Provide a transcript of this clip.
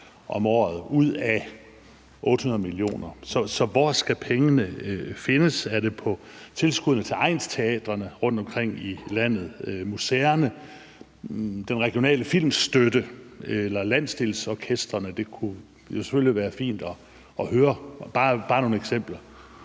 om året, man kan spare der. Så hvor skal pengene findes? Er det på tilskuddene til egnsteatrene rundtomkring i landet, museerne, den regionale filmstøtte eller landsdelsorkestrene? Det kunne selvfølgelig være fint at høre bare nogle eksempler.